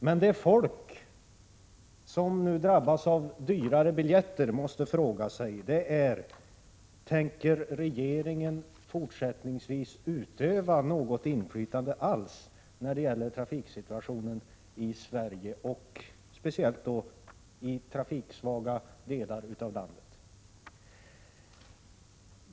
Men folk som nu drabbas av dyrare biljetter måste fråga sig: Tänker regeringen fortsättningsvis utöva något inflytande alls när det gäller trafiksituationen i Sverige och speciellt då i trafiksvaga delar av landet?